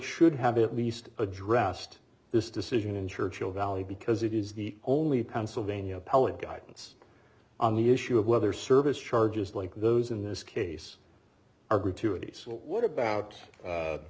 should have at least addressed this decision in churchill valley because it is the only pennsylvania appellate guidance on the issue of whether service charges like those in this case are gratuities but what about